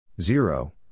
Zero